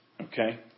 Okay